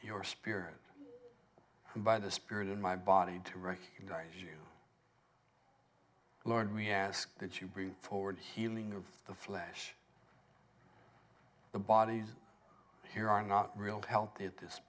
your spirit and by the spirit in my body to recognize you lord we ask that you bring forward healing of the flesh the bodies here are not real healthy at this